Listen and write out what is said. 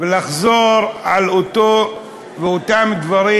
ולחזור על אותם דברים,